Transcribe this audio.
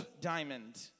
diamond